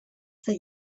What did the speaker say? that